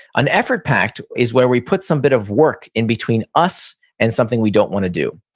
an effort pact is where we put some bit of work in between us and something we don't want to do.